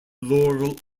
laurel